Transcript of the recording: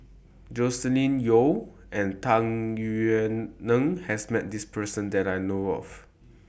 Joscelin Yeo and Tung Yue Nang has Met This Person that I know of